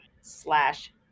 slash